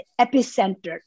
epicenter